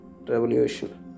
REVOLUTION